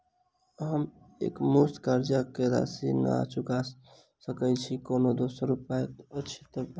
हम एकमुस्त कर्जा कऽ राशि नहि चुका सकय छी, कोनो दोसर उपाय अछि तऽ बताबु?